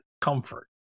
comfort